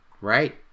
right